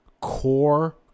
core